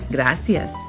Gracias